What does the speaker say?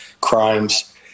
crimes